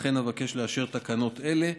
לכן אבקש לאשר תקנות אלה.